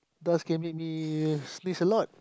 dust can make me sneeze a lot